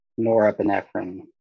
norepinephrine